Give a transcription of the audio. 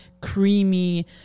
creamy